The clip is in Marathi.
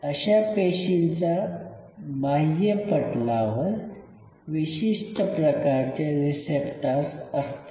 अशा पेशींच्या बाह्यपटलावर विशिष्ट प्रकारचे रिसेप्टर्स असतात